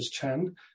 Chen